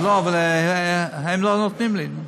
אבל הם לא נותנים לי.